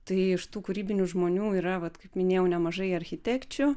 tai iš tų kūrybinių žmonių yra vat kaip minėjau nemažai architekčių